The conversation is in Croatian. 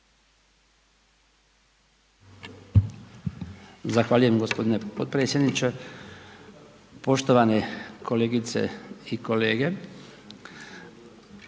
Hvala gospodine potpredsjedniče, poštovane kolegice i kolege.